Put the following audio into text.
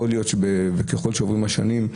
ככל שעוברות השנים,